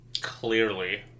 Clearly